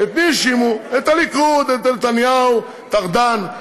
גלעד ארדן,